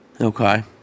Okay